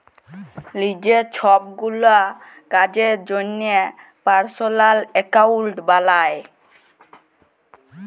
লিজের ছবগুলা কাজের জ্যনহে পার্সলাল একাউল্ট বালায়